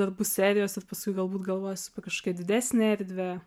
darbų serijos ir paskui galbūt galvosiu apie kažkokią didesnę erdvę